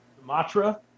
Sumatra